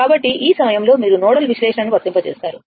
కాబట్టి ఈ సమయంలో మీరు నోడల్ విశ్లేషణను వర్తింప చేస్తారు